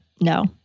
no